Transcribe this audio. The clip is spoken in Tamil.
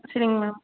சரிங்க மேம்